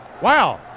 Wow